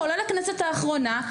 כולל הכנסת האחרונה,